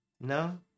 No